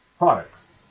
products